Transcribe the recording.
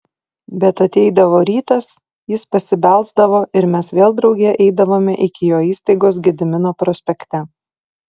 bet ateidavo rytas jis pasibelsdavo ir mes vėl drauge eidavome iki jo įstaigos gedimino prospekte